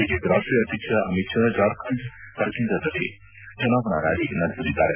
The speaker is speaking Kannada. ಬಿಜೆಪಿ ರಾಷ್ಟ್ರೀಯ ಅಧ್ಯಕ್ಷ ಅಮಿತ್ ಶಾ ಜಾರ್ಖಂಡ್ ಕರ್ಕೆಂಡಾದಲ್ಲಿ ಚುನಾವಣಾ ರ್್ಯಾಲಿ ನಡೆಸಲಿದ್ದಾರೆ